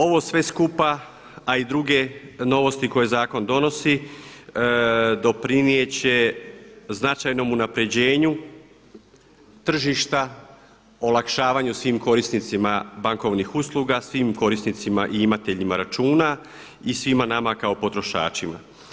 Ovo sve skupa a i druge novosti koje zakon donosi doprinijeti će značajnom unapređenju tržišta, olakšavanju svim korisnicima bankovnih usluga, svim korisnicima i imateljima računa i svima nama kao potrošačima.